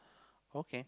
okay